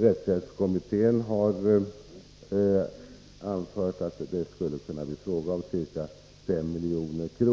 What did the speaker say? Rättshjälpskommittén har anfört att det skulle kunna bli fråga om ca 5 milj.kr.